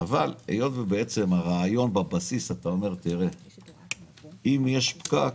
היות ובעצם הרעיון, בבסיס אתה אומר: אם יש פקק